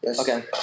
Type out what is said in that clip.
Okay